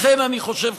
לכן אני חושב,